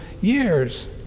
years